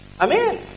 Amen